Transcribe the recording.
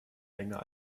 länger